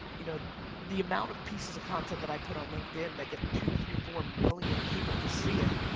you know the amount of pieces of content that i put on linkedin that get two, three, four million people to see it,